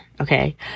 okay